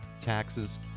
taxes